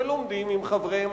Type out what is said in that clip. ולומדים עם חבריהם,